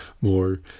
more